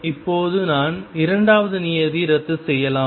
இப்போது நான் இரண்டாவது நியதி ரத்து செய்யலாம்